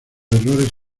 errores